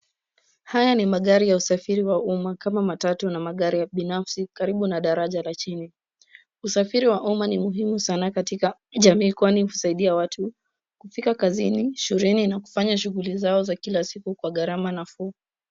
Haya ni magari ya usafiri wa umma kama matatu na magari ya kibinafsi karibu na darasa la chini. Usafiri wa umma ni muhimu sana katika jamii kwani husaidia watu kufika kazini, shuleni na kufanya shughuli zao za kila siku kwa gharama nafuu.